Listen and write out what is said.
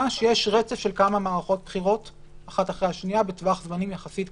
שיש רצף של כמה מערכות בחירות אחת אחרי השנייה בטווח זמנים יחסים קצר.